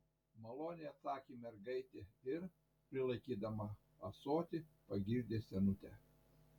maloniai atsakė mergaitė ir prilaikydama ąsotį pagirdė senutę